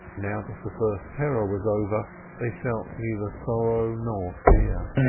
now that the first terror was over they felt neither sorrow nor fear.